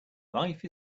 life